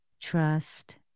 trust